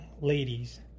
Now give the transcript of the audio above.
ladies